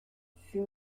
fut